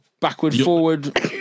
backward-forward